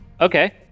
Okay